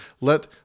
Let